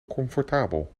comfortabel